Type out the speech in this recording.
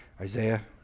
Isaiah